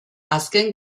azken